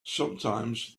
sometimes